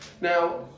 Now